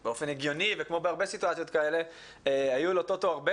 להגיד שבאופן הגיוני היו לטוטו הרבה